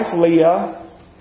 Leah